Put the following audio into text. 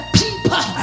people